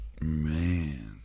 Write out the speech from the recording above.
Man